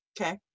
Okay